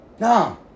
no